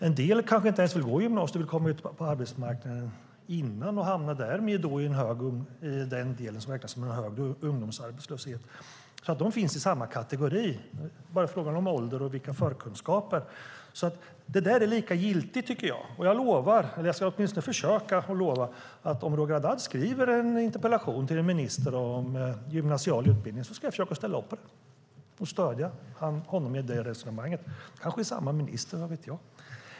En del kanske inte ens vill gå gymnasiet utan vill ut på arbetsmarknaden och kan då bli en del av den höga ungdomsarbetslösheten. De finns i samma kategori. Det är bara fråga om ålder och förkunskaper. Det där är alltså lika giltigt, tycker jag, och jag ska försöka lova att om Roger Haddad skriver en interpellation till en minister om gymnasial utbildning ska jag försöka ställa upp på den och stödja honom i det resonemanget. Det kanske är samma minister; vad vet jag.